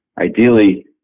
ideally